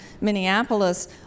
Minneapolis